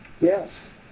Yes